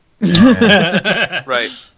right